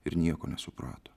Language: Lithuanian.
ir nieko nesuprato